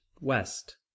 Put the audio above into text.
west